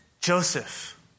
Joseph